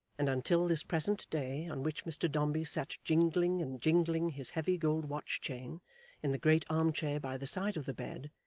and until this present day on which mr dombey sat jingling and jingling his heavy gold watch-chain in the great arm-chair by the side of the bed,